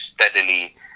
steadily